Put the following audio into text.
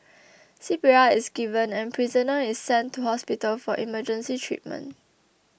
C P R is given and prisoner is sent to hospital for emergency treatment